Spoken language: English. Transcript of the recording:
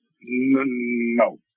No